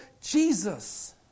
Jesus